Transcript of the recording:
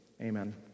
Amen